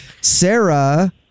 Sarah